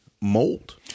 mold